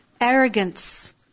Arrogance